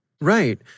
Right